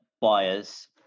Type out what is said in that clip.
buyers